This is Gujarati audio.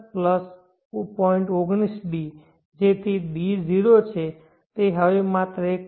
તેથી d 0 છે તે હવે માત્ર 1